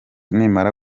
nimara